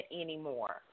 anymore